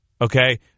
Okay